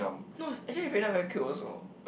no actually Raynerd very cute also